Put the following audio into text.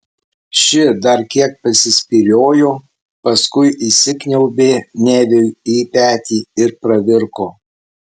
ši dar kiek pasispyriojo paskui įsikniaubė neviui į petį ir pravirko